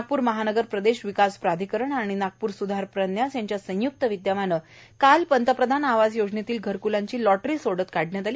नागपूर महानगर प्रदेश विकास प्राधिकरण आणि नागपूर सुधार प्रन्यास यांच्या संयुक्त विद्यमानं काल पंतप्रधान आवास योजनेतील घरकूलांची लॉटरी सोडत काढण्यात आली